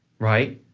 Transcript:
right,